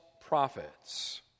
prophets